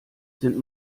sind